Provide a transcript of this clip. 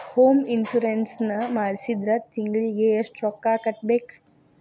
Home insurance ನ ಮಾಡ್ಸಿದ್ರ ತಿಂಗ್ಳಿಗೆ ಎಷ್ಟ್ ರೊಕ್ಕಾ ಕಟ್ಬೇಕ್?